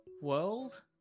world